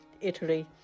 Italy